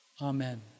Amen